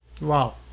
Wow